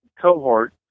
cohort